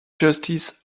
justice